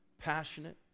Passionate